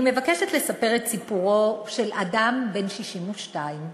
אני מבקשת לספר את סיפורו של אדם בן 62,